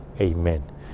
Amen